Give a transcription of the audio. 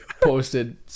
posted